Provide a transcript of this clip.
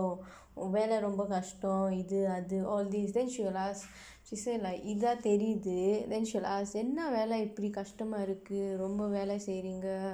ஊ வேலை ரொம்ப கஷ்டம் இது அது:uu veelai rompa kashdam ithu athu all these then she will ask she said like இதான் தெரியுது:ithaan theriyuthu then she will ask என்ன வேலை இப்புடி கஷ்டமா இருக்கு ரொம்ப வேலை செய்றேங்க:enna veelai ippudi kashdamaa irukku rompa veelai seyreengka